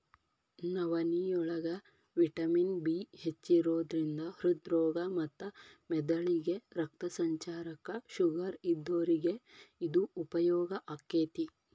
ನವನಿಯೋಳಗ vitamin B ಹೆಚ್ಚಿರೋದ್ರಿಂದ ಹೃದ್ರೋಗ ಮತ್ತ ಮೆದಳಿಗೆ ರಕ್ತ ಸಂಚಾರಕ್ಕ, ಶುಗರ್ ಇದ್ದೋರಿಗೆ ಇದು ಉಪಯೋಗ ಆಕ್ಕೆತಿ